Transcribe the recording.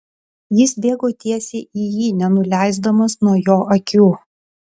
jis bėgo tiesiai į jį nenuleisdamas nuo jo akių